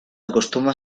acostuma